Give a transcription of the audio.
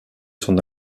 son